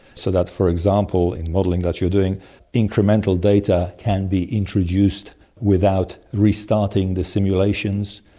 so that for example in modelling that you're doing incremental data can be introduced without restarting the simulations,